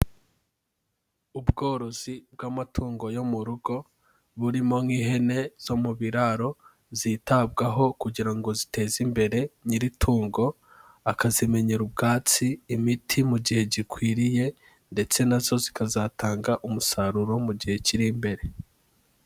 Ubworozi bw'amatungo yo mu rugo, burimo nk'ihene zo mu biraro, zitabwaho kugira ngo ziteze imbere nyiri itungo, akazimenyera ubwatsi, imiti mu gihe gikwiriye, ndetse nazo zikazatanga umusaruro mu gihe kiri imbere.